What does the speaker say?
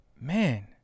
Man